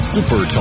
Super